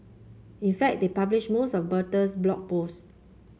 in fact they published most of Bertha's Blog Post